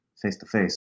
face-to-face